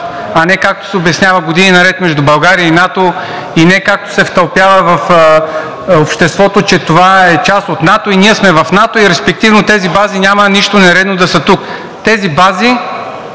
а не както се обяснява години наред, между България и НАТО, и не както се втълпява в обществото, че това е част от НАТО и ние сме в НАТО, и респективно тези бази няма нищо нередно да са тук. Тези бази